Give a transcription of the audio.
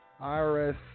IRS